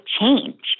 change